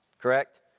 correct